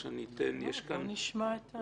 או שאני אתן --- לא, בואו נשמע את אנשי המקצוע.